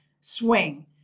swing